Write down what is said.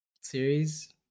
series